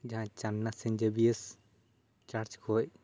ᱪᱟᱱᱱᱟ saint Xavier's church ᱠᱷᱚᱱ